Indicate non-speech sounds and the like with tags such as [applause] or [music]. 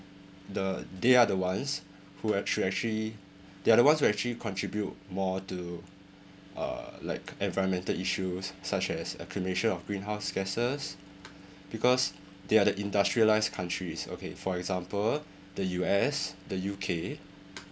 the they are the ones who actual~ actually they are the ones who actually contribute more to uh like environmental issues such as accumulation of greenhouse gases [breath] because they are the industrialised countries okay for example the U_S the U_K